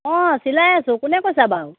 চিলায় আছোঁ কোনে কৈছে বাৰু